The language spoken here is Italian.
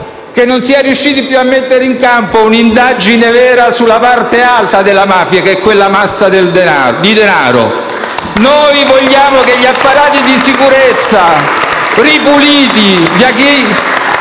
che non si è riusciti più a mettere in campo un'indagine vera sulla parte alta della mafia, che è quella massa di denaro. *(Applausi dal Gruppo M5S)*. Noi vogliamo che gli apparati di sicurezza, ripuliti